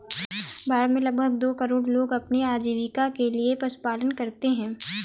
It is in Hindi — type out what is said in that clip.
भारत में लगभग दो करोड़ लोग अपनी आजीविका के लिए पशुपालन करते है